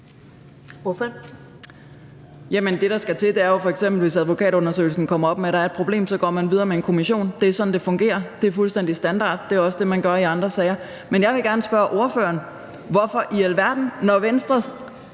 hvis advokatundersøgelsen kommer frem til, at der er et problem. Så går man videre med en kommission. Det er sådan, det fungerer; det er fuldstændig standard; det er også det, man gør i andre sager. Men når ordførerens eget parti kommer med et